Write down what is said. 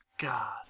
god